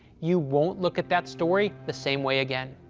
you won't look at that story the same way again.